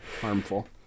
harmful